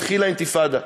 התחילה אינתיפאדה,